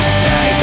say